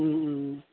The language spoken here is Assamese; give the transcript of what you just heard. ও ও